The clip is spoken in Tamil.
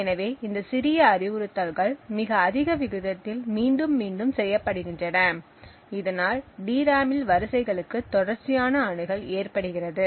எனவே இந்த சிறிய அறிவுறுத்தல்கள் மிக அதிக விகிதத்தில் மீண்டும் மீண்டும் செய்யப்படுகின்றன இதனால் டிராமில் வரிசைகளுக்கு தொடர்ச்சியான அணுகல் ஏற்படுகிறது